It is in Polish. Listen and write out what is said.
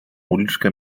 uliczkę